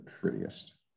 prettiest